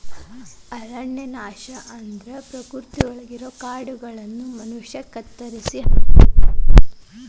ಅರಣ್ಯನಾಶ ಅಂದ್ರ ಪ್ರಕೃತಿಯೊಳಗಿರೋ ಕಾಡುಗಳನ್ನ ಮನುಷ್ಯನ ಕೆಲಸಕ್ಕೋಸ್ಕರ ಮರಗಿಡಗಳನ್ನ ಕಡಿಯೋದಾಗೇತಿ